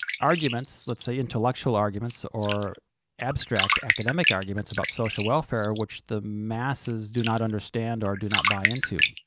arguments let's say intellectual arguments or abstract academic arguments about social welfare, which the masses do not understand or do not buy into.